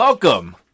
Welcome